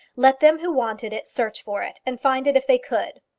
let them who wanted it search for it, and find it if they could.